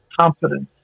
confidence